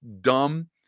dumb